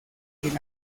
quien